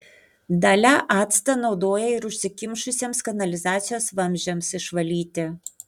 dalia actą naudoja ir užsikimšusiems kanalizacijos vamzdžiams išvalyti